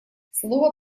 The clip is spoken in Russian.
слово